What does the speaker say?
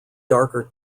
darker